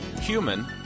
human